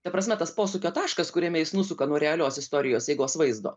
ta prasme tas posūkio taškas kuriame jis nusuka nuo realios istorijos eigos vaizdo